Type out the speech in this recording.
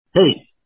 Hey